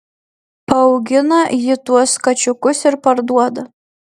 paaugina ji tuos kačiukus ir parduoda